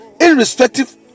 Irrespective